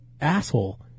asshole